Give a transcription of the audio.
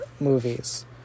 movies